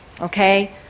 Okay